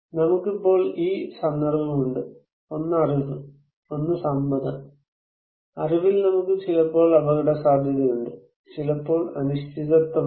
നമുക്കിപ്പോൾ ഈ സന്ദർഭമുണ്ട് ഒന്ന് അറിവ് ഒന്ന് സമ്മതം അറിവിൽ നമുക്ക് ചിലപ്പോൾ അപകടസാധ്യതയുണ്ട് ചിലപ്പോൾ അനിശ്ചിതത്വമുണ്ട്